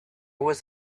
was